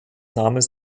namens